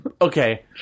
okay